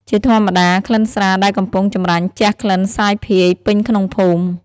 ជាធម្មតា ក្លិនស្រាដែលកំពុងចម្រាញ់ជះក្លិនសាយភាយពេញក្នុងភូមិ។